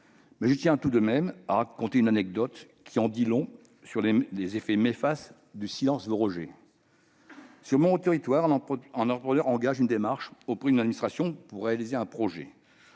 ! Je tiens tout de même à vous raconter une anecdote qui en dit long sur les effets néfastes du « silence vaut rejet ». Dans mon territoire, un entrepreneur engage une démarche auprès d'une administration pour réaliser un projet.